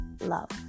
love